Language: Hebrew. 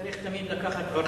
צריך תמיד לקחת עורכי-דין,